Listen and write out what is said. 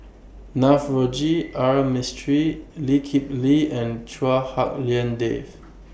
Navroji R Mistri Lee Kip Lee and Chua Hak Lien Dave